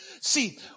See